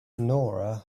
nora